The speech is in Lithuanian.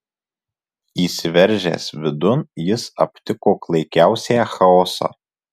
įsiveržęs vidun jis aptiko klaikiausią chaosą